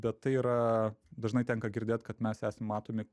bet tai yra dažnai tenka girdėt kad mes esam matomi